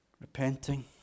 Repenting